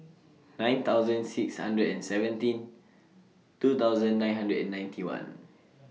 nine thousand six hundred and seventeen two thousand nine hundred and ninety one